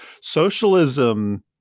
socialism